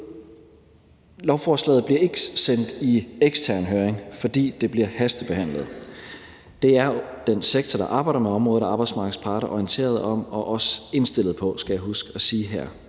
Lovforslaget bliver ikke sendt i ekstern høring, fordi det bliver hastebehandlet. Den sektor, der arbejder med området, og arbejdsmarkedets parter er orienteret om det og også indstillet på det, skal jeg huske at sige her.